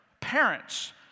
parents